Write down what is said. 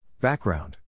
Background